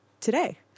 today